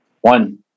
One